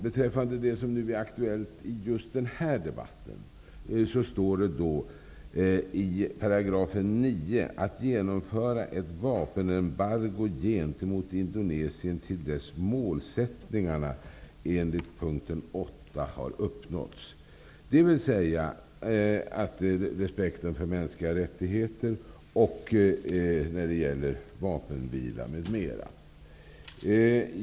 Beträffande det som är aktuellt i just denna debatt står i 9 § att man skall ''genomföra ett vapenembargo gentemot Indonesien till dess att målsättningarna i paragraf 8 har uppnåtts'', dvs.